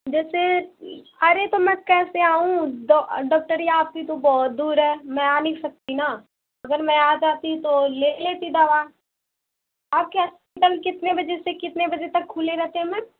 जैसे अरे तो में कैसे आऊँ डो डोक्टरी आप भी तो बहुत दूर है मैं आ नहीं सकती न अगर में आ जाती तो ले लेती दवा आप क्या कल कितने बजे से कितने बजे तक खुलेगा